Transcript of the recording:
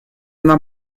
нам